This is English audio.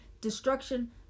destruction